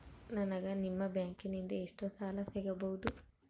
ನನಗ ನಿಮ್ಮ ಬ್ಯಾಂಕಿನಿಂದ ಎಷ್ಟು ಸಾಲ ಸಿಗಬಹುದು?